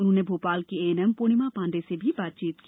उन्होंने भोपाल की एएनएम पूर्णिमा पाण्डे से भी चर्चा की